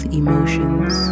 emotions